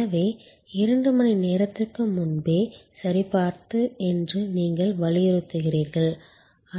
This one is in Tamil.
எனவே இரண்டு மணி நேரத்திற்கு முன்பே சரிபார்ப்பது என்று நீங்கள் வலியுறுத்துகிறீர்கள்